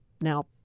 Now